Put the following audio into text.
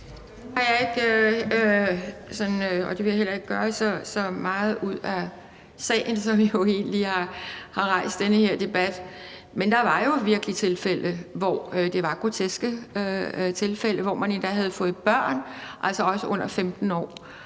(DF): Jeg vil ikke gøre så meget ud af sagen, selv om vi har rejst den her debat, men der var jo virkelig tilfælde, hvor det var grotesk, og hvor man endda havde fået børn, altså hvor den ene